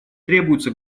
требуется